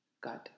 God